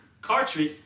cartridge